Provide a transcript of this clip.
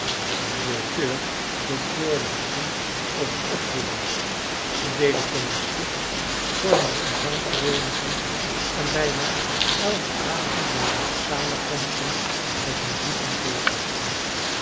de directeur hield voordrachten over opvoeding ze deden gymnastiek vormden een zangvereeniging en bijna elken avond waren er samenkomsten met muziek en